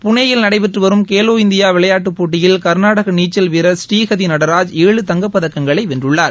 புனேயில் நடைபெற்று வரும் கேவோ இண்டியா விளையாட்டுப் போட்டியில் கா்நாடக நீச்சல் வீரா் ப்ரீஹதி நடராஜ் ஏழு தங்கப்பதக்கங்களை வென்றுள்ளார்